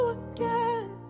again